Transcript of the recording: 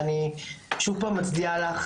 אני שוב פעם מצדיעה לך,